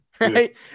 right